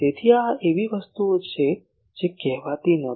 તેથી આ એવી વસ્તુઓ છે જે કહેવાતી નહોતી